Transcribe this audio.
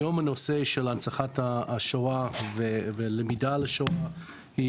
היום הנושא של הנצחת השואה ולמידה על השואה הוא